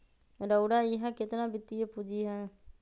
रउरा इहा केतना वित्तीय पूजी हए